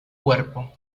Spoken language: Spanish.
cuerpo